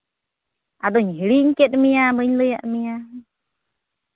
ᱟᱫᱚᱧ ᱦᱤᱲᱤᱧ ᱠᱮᱫ ᱢᱮᱭᱟ ᱵᱟᱹᱧ ᱞᱟᱹᱭᱟᱫ ᱢᱮᱭᱟ